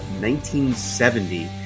1970